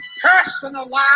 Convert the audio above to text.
personalized